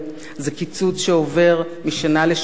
זה קיצוץ שעובר משנה לשנה,